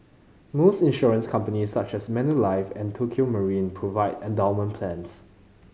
most insurance companies such as Manulife and Tokio Marine provide endowment plans